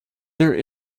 there